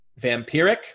vampiric